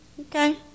Okay